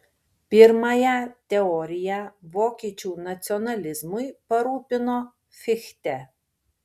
pirmąją teoriją vokiečių nacionalizmui parūpino fichte